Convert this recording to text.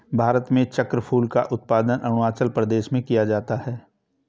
भारत में चक्रफूल का उत्पादन अरूणाचल प्रदेश में किया जाता है